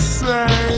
say